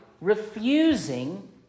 refusing